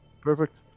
Perfect